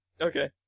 Okay